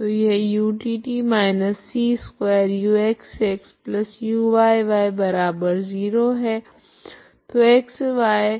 तो यह utt−c2uxxuyy 0 है तो x y∈